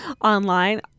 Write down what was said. online